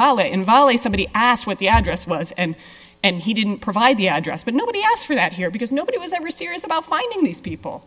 violet and vali somebody asked what the address was and and he didn't provide the address but nobody asked for that here because nobody was ever serious about finding these people